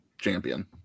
champion